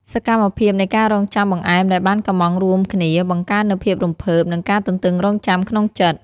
សកម្មភាពនៃការរង់ចាំបង្អែមដែលបានកុម្ម៉ង់រួមគ្នា បង្កើននូវភាពរំភើប និងការទន្ទឹងរង់ចាំក្នុងចិត្ត។